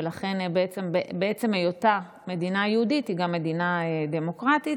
ולכן בעצם בהיותה מדינה יהודית היא גם מדינה דמוקרטית.